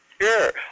Sure